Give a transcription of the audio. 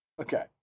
Okay